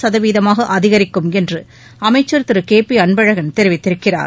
சதவீதமாக அதிகரிக்கும் என்று அமைச்சா் திரு கே பி அன்பழகன் தெரிவித்திருக்கிறார்